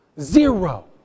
Zero